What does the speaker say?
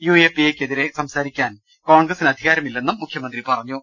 U A P എയ്ക്ക് എതിരെ സംസാരിക്കാൻ കോൺഗ്രസിന് അധികാരമില്ലെന്നും മുഖ്യമന്ത്രി പറഞ്ഞു